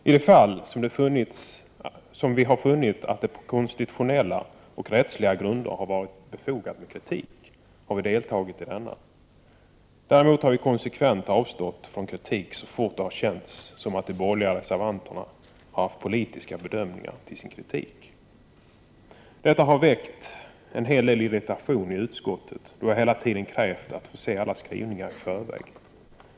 I de fall som vi har funnit att det på konstitutionella och rättsliga grunder varit befogat med kritik har vi instämt i denna. Däremot har vi konsekvent avstått från kritik så snart det har känts som att de borgerliga reservanterna haft politiska bedömningar som underlag för sin kritik. Detta har väckt en hel del irritation i utskottet, då vi hela tiden krävt att få ta del av alla skrivningar i förväg.